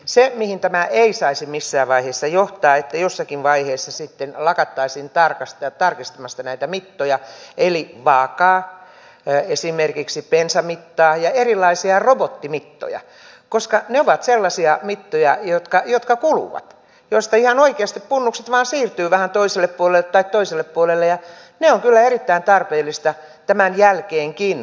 mutta siihen tämä ei saisi missään vaiheessa johtaa että jossakin vaiheessa sitten lakattaisiin tarkistamasta näitä mittoja eli esimerkiksi vaakaa bensamittaa ja erilaisia robottimittoja koska ne ovat sellaisia mittoja jotka kuluvat ja joista ihan oikeasti punnukset vain siirtyvät vähän toiselle puolelle tai toiselle puolelle ja ne on kyllä erittäin tarpeellista tämänkin jälkeen tarkistaa